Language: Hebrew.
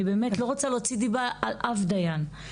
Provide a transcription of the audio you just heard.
אני באמת לא רוצה להוציא דיבה על אף דיין,